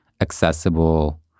accessible